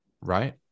right